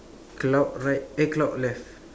cloud right eh cloud left